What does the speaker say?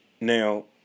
now